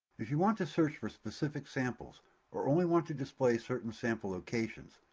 if you want to search for specific samples or only want to display certain sample locations,